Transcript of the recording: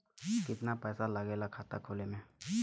कितना पैसा लागेला खाता खोले में?